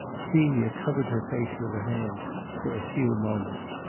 celia covered her face with her hands for a few moments.